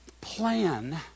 plan